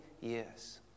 years